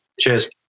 Cheers